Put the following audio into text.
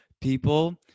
People